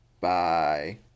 Bye